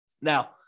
Now